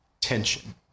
tension